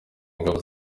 ingabo